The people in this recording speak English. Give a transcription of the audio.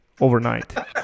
overnight